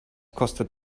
kostet